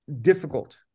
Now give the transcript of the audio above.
difficult